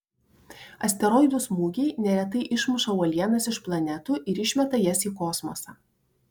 asteroidų smūgiai neretai išmuša uolienas iš planetų ir išmeta jas į kosmosą